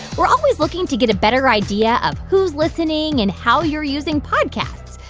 we're always looking to get a better idea of who's listening and how you're using podcasts,